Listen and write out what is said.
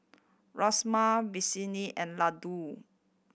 Rasma and Ladoo